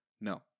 no